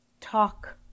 talk